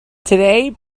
today